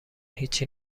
هیچی